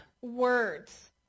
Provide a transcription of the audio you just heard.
words